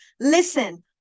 listen